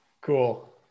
Cool